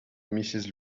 mrs